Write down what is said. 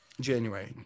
january